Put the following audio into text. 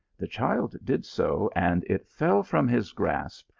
the child did so, and it fell from his grasp,